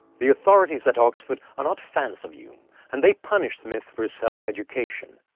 the authorities at oxford are not fans of hume and they punish smith for his self-education.